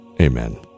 Amen